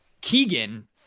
Keegan